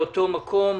באותו מקום,